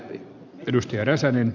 arvoisa puhemies